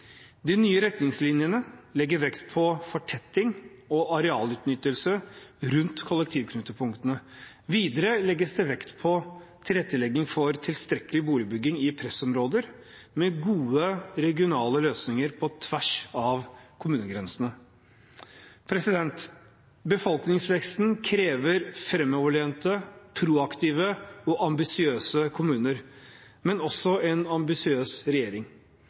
De nye retningslinjene legger vekt på fortetting og arealutnyttelse rundt kollektivknutepunktene. Videre legges det vekt på tilrettelegging for tilstrekkelig boligbygging i pressområder med gode regionale løsninger på tvers av kommunegrensene. Befolkningsveksten krever framoverlente, proaktive og ambisiøse kommuner, men også en ambisiøs regjering.